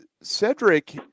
Cedric